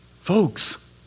Folks